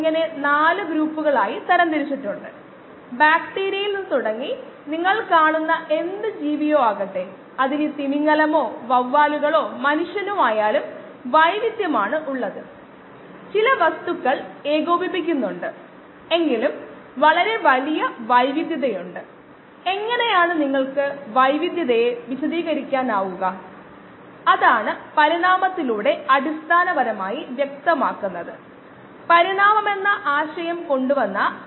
ഇവിടെ പ്രധാന കാര്യം ഈ ഡെഡ് കോൺസ്റ്റന്റ് kd അല്ലെങ്കിൽ സ്റ്റെറിലൈസെഷൻ കോൺസ്റ്റന്റ് kd എന്നിവയുടെ സവിശേഷതകളുള്ള ചില പ്രത്യേക സാഹചര്യങ്ങളിൽ സാധ്യമായ കോശങ്ങളുടെ ഏകാഗ്രത xv0 നിന്ന് xv ലേക്ക് താഴാൻ ആവശ്യമായ സമയം നമുക്കുണ്ട്